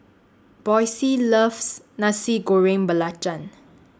Boysie loves Nasi Goreng Belacan